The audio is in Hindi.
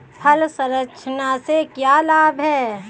फल संरक्षण से क्या लाभ है?